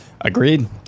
Agreed